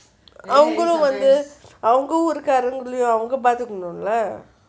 அவுங்களும் வந்து அவுங்க ஊரு காரங்கள அவுங்க பாத்துக்கணும்:avungalum vanthu avungga uuru kaarangala avunha paathukanum leh